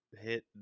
hit